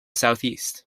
southeast